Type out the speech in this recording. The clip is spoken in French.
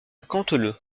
canteleu